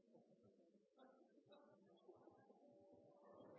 er det reelt å